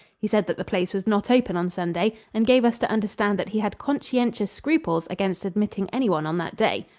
he said that the place was not open on sunday and gave us to understand that he had conscientious scruples against admitting anyone on that day.